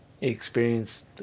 experienced